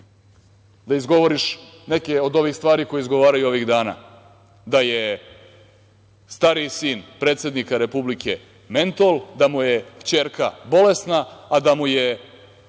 Da izgovoriš neke od ovih stvari koje izgovaraju ovih dana, da je stariji sin predsednika Republike „mentol“, da mu je ćerka „bolesna“, da da mu je